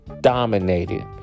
dominated